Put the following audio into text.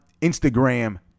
Instagram